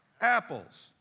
Apples